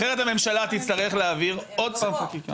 אחרת הממשלה תצטרך להעביר עוד פעם חקיקה.